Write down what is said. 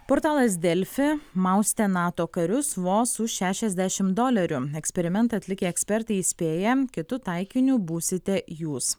portalas delfi maustė nato karius vos už šešiasdešimt dolerių eksperimentą atlikę ekspertai įspėja kitu taikiniu būsite jūs